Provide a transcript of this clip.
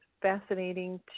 fascinating